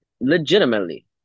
Legitimately